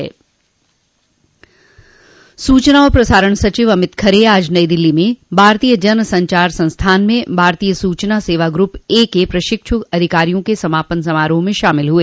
सूचना और प्रसारण सचिव अमित खरे आज नई दिल्ली में भारतीय जन संचार संस्थान में भारतीय सूचना सेवा ग्रुप ए के प्रशिक्ष् अधिकारियों के समापन समारोह में शामिल हुए